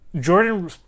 Jordan